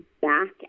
back